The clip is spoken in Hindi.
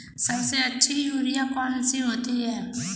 सबसे अच्छी यूरिया कौन सी होती है?